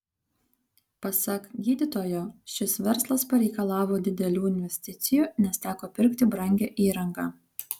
pasak gydytojo šis verslas pareikalavo didelių investicijų nes teko pirkti brangią įrangą